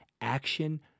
Action